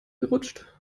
gerutscht